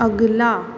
अगला